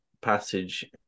passage